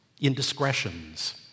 indiscretions